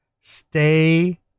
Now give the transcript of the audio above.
Stay